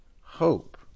hope